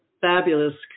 fabulous